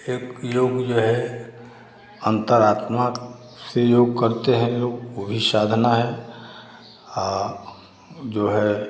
एक योग जो है अंतरात्मा से योग करते हैं लोग वो भी साधना है जो है